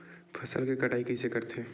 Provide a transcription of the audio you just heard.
फसल के कटाई कइसे करथे?